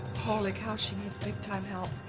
holy cow, she needs big time help.